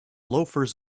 loafers